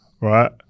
Right